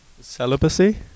Celibacy